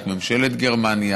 את ממשלת גרמניה,